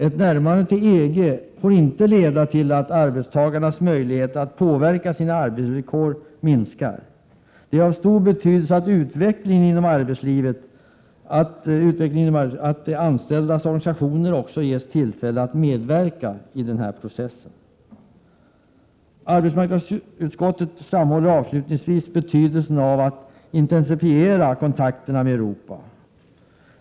Ett närmande till EG får inte leda till att arbetstagarnas möjligheter att påverka sina arbetsvillkor minskar. Det är av stor betydelse för utvecklingen inom arbetslivet att de anställdas organisationer ges tillfälle att medverka i denna process. Arbetsmarknadsutskottet framhåller avslutningsvis betydelsen av att intensifiera kontakterna med Europa.